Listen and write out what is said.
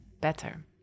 better